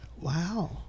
Wow